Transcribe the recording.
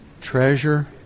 treasure